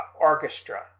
orchestra